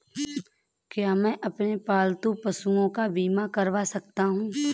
क्या मैं अपने पालतू पशुओं का बीमा करवा सकता हूं?